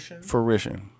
Fruition